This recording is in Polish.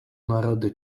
narody